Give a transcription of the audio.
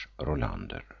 Rolander